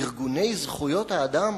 ארגוני זכויות האדם